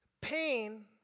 pain